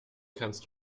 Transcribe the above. kannst